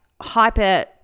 hyper